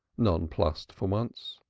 nonplussed for once.